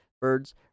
birds